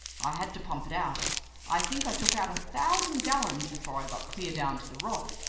i had to pump it out i think i took out a thousand gallons before i got clear down to the rock.